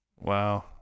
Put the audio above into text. Wow